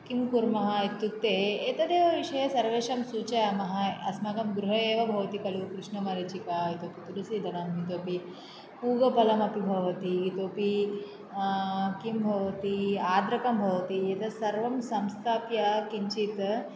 किं कुर्मः इत्युक्ते एतदेवविषये सर्वेषां सूचयामः अस्माकं गृहे एव भवति खलु कृष्णमरीचिका इतोऽपि तुलसीदलम् इतोऽपि पूगफलमपि भवति इतोऽपि किं भवति आर्द्रकं भवति तत्सर्वं संस्थाप्य किञ्चित्